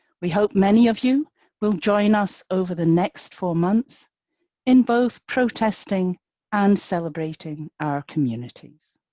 we hope many of you will joins us over the next four months in both protesting and celebrating our communities.